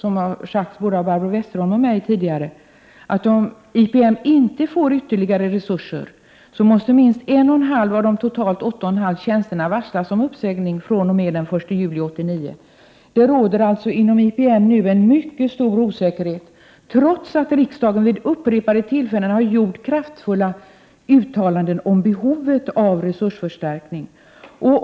Om IPM inte får ytterligare resurser, måste minst en och en halv av de totalt åtta och en halv tjänsterna varslas om uppsägning fr.o.m. den 1 juli 1989 —-som har sagts tidigare av både Barbro Westerholm och mig. Inom IPM råder det nu en mycket stor osäkerhet, trots att riksdagen vid upprepade tillfällen har gjort kraftfulla uttalanden om behovet av resursförstärkning.